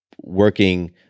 working